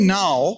now